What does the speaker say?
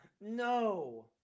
No